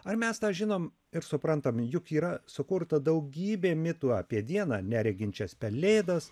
ar mes tą žinom ir suprantam juk yra sukurta daugybė mitų apie dieną nereginčias pelėdas